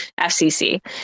FCC